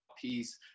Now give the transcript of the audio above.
peace